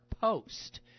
Post